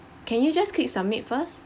can you just click submit first